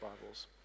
Bibles